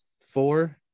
four